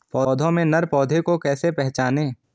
पौधों में नर पौधे को कैसे पहचानें?